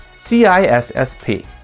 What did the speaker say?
CISSP